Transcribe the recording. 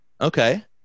Okay